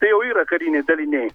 tai jau yra kariniai daliniai